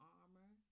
armor